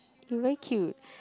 you very cute